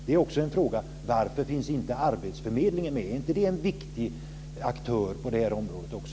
Det är också en fråga som jag har: Varför finns inte arbetsförmedlingen med? Är inte det en viktig aktör på det här området?